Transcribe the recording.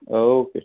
okay